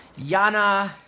Yana